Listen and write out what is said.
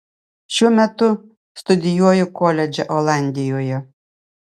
šiuo metu studijuoju koledže olandijoje